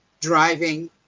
Driving